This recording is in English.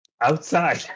Outside